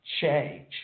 change